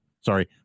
Sorry